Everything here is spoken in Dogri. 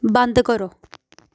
बंद करो